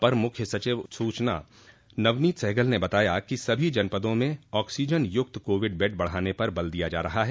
अपर मुख्य सचिव सूचना नवनीत सहगल ने बताया कि सभी जनपदों में आक्सीजन युक्त कोविड बेड बढ़ाने पर जोर दिया जा रहा है